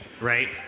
right